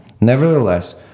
Nevertheless